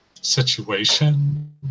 situation